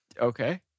okay